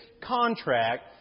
contract